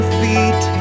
feet